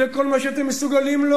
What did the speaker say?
זה כל מה שאתם מסוגלים לו?